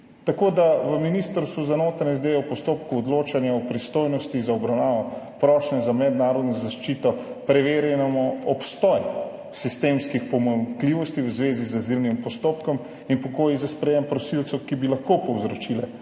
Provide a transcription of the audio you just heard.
Tako da v Ministrstvu za notranje zadeve v postopku odločanja o pristojnosti za obravnavo prošnje za mednarodno zaščito preverjamo obstoj sistemskih pomanjkljivosti v zvezi z azilnim postopkom in pogoje za sprejem prosilcev, ki bi lahko povzročili